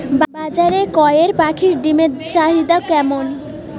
বাজারে কয়ের পাখীর ডিমের চাহিদা কেমন?